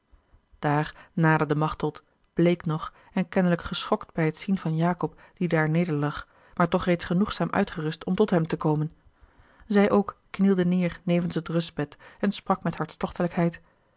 daar naderde machteld bleek nog en kennelijk geschokt bij het zien van jacob die daar nederlag maar toch reeds genoegzaam uitgerust om tot hem te komen zij ook knielde neêr nevens het rustbed en sprak met